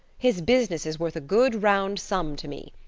his business is worth a good, round sum to me.